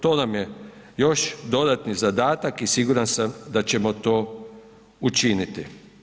To nam je još dodatni zadatak i siguran sam da ćemo to učiniti.